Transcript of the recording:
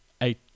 eight